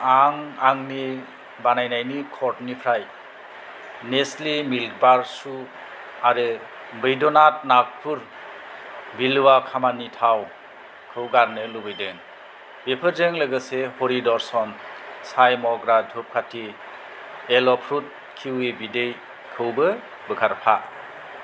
आं आंनि बानायनायनि कर्डनिफ्राय नेस्टले मिल्कबार चु आरो बैध्यनाथ नागपुर बिलवा खोमानि थावखौ गारनो लुबैदों बेफोरजों लोगोसे हरिदर्सन सायमग्रा धुप खाथि एल'फ्रुट किउवि बिदैखौबो बोखारफा